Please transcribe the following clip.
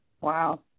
Wow